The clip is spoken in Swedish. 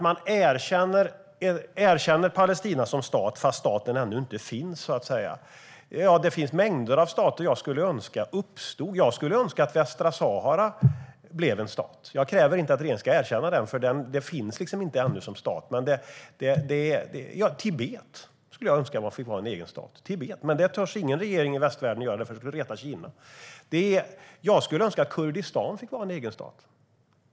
Man erkänner Palestina som stat fast staten ännu inte finns. Det finns mängder av stater jag skulle önska uppstod. Jag skulle önska att Västsahara blev en stat, men jag kräver inte att regeringen ska erkänna Västsahara, för det finns ännu inte som stat. Tibet skulle jag också önska fick vara en egen stat, men ingen regering i västvärlden törs erkänna Tibet, för det skulle reta Kina. Jag skulle även önska att Kurdistan fick vara en egen stat.